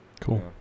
Cool